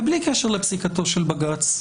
ובלי קשר לפסיקתו של בג"ץ,